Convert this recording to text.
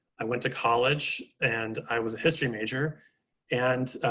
i went to college and i was a history major and